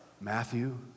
Matthew